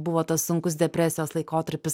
buvo tas sunkus depresijos laikotarpis